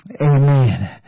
Amen